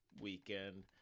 weekend